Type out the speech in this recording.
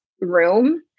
room